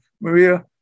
Maria